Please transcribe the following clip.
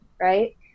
right